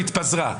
היא התפזרה.